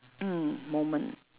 mm moment